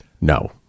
No